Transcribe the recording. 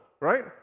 right